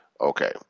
Okay